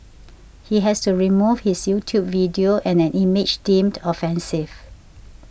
he has to remove his YouTube video and an image deemed offensive